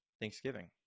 Thanksgiving